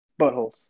buttholes